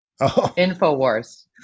Infowars